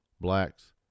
blacks